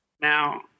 Now